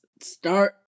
start